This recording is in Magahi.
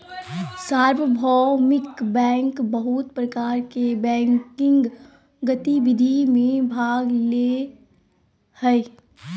सार्वभौमिक बैंक बहुत प्रकार के बैंकिंग गतिविधि में भाग ले हइ